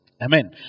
Amen